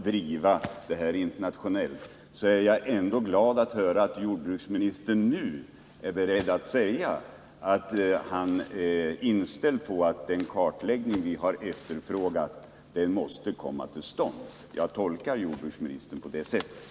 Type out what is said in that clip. Men även om jag alltså inte kan acceptera det sättet att argumentera, är jag glad att höra att jordbruksministern nu är beredd att säga att han är inställd på att den kartläggning vi efterfrågat måste komma till stånd. Jag tolkar jordbruksministern på det sättet.